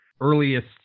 earliest